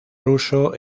ruso